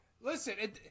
Listen